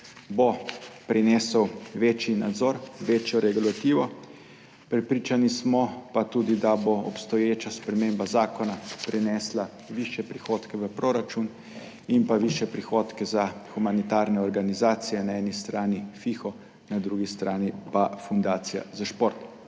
bo prinesel večji nadzor, večjo regulativo. Prepričani smo pa tudi, da bo obstoječa sprememba zakona prinesla višje prihodke v proračun in pa višje prihodke za humanitarne organizacije, na eni strani FIHO, na drugi strani pa Fundacija za šport.